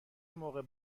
موقع